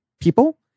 people